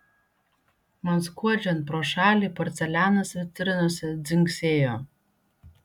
man skuodžiant pro šalį porcelianas vitrinose dzingsėjo